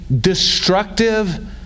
destructive